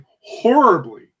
horribly